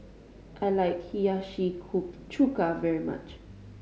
I like Hiyashi Koo Chuka very much